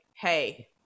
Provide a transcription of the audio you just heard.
hey